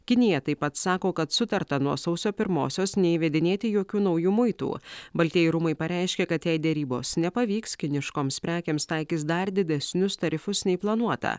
kinija taip pat sako kad sutarta nuo sausio pirmosios neįvedinėti jokių naujų muitų baltieji rūmai pareiškė kad jei derybos nepavyks kiniškoms prekėms taikys dar didesnius tarifus nei planuota